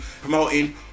promoting